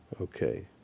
Okay